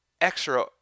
extra